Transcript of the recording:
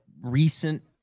recent